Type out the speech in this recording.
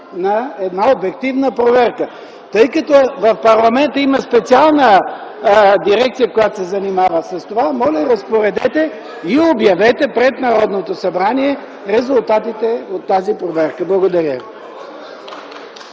на една обективна проверка. (Реплики от КБ.) Тъй като в парламента има специална дирекция, която се занимава с това, моля, разпоредете и обявете пред Народното събрание резултатите от тази проверка. Благодаря ви.